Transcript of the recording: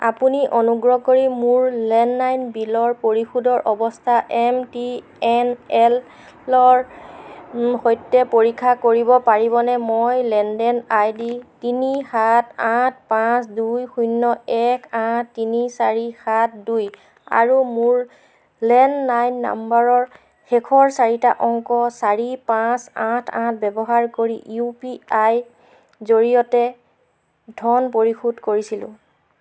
আপুনি অনুগ্ৰহ কৰি মোৰ লেনলাইন বিলৰ পৰিশোধৰ অৱস্থা এম টি এন এলৰ সৈতে পৰীক্ষা কৰিব পাৰিবনে মই লেনদেন আই ডি তিনি সাত আঠ পাঁচ দুই শূন্য় এক আঠ তিনি চাৰি সাত দুই আৰু মোৰ লেনলাইন নাম্বাৰৰ শেষৰ চাৰিটা অংক চাৰি পাঁচ আঠ আঠ ব্য়ৱহাৰ কৰি ইউ পি আইৰ জৰিয়তে ধন পৰিশোধ কৰিছিলোঁ